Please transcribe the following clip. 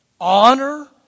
Honor